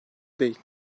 değil